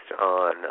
on